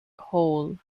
hole